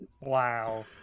Wow